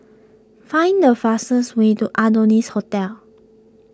find the fastest way to Adonis Hotel